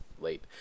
late